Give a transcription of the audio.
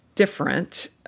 Different